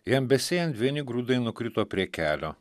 jam besėjant vieni grūdai nukrito prie kelio